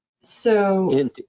So-